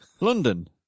London